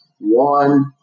one